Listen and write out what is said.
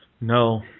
no